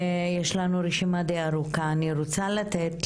אני רוצה לתת